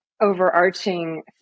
overarching